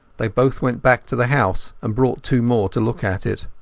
they both went back to the house, and brought two more to look at it.